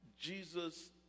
Jesus